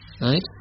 Right